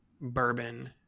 bourbon